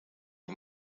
nii